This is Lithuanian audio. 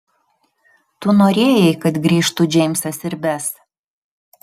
tu norėjai kad grįžtų džeimsas ir bes